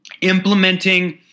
implementing